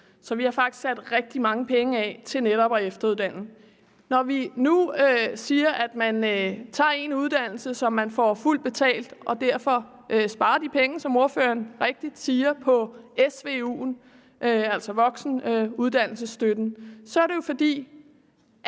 Så vi har faktisk sat rigtig mange penge af til netop at efteruddanne. Når vi nu siger, at man tager en uddannelse, som man får fuldt betalt, og derfor sparer de penge, som ordføreren rigtig siger, på SVU'en, altså voksenuddannelsesstøtten, er det jo, fordi